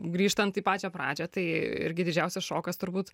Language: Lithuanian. grįžtant į pačią pradžią tai irgi didžiausias šokas turbūt